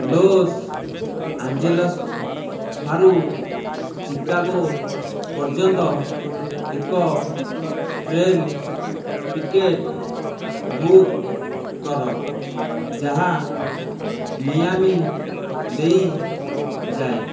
loss Angeles ଠାରୁ Chicago ପର୍ଯ୍ୟନ୍ତ ଏକ ଟ୍ରେନ୍ ଟିକେଟ୍ ବୁକ୍ କର ଯାହା ମିଆମି ଦେଇଯାଏ